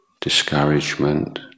discouragement